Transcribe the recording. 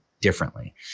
differently